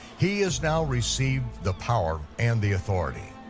he has now received the power and the authority,